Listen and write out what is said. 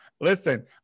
Listen